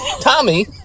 Tommy